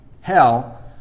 hell